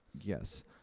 Yes